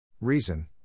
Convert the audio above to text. Reason